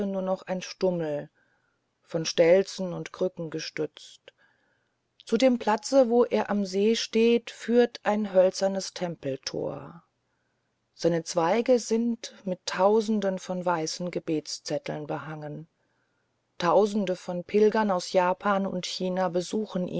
nur noch ein stummel von stelzen und krücken gestützt zu dem platze wo er am see steht führt ein hölzernes tempeltor seine zweige sind mit tausenden von weißen gebetszetteln behangen tausende von pilgern aus japan und china besuchen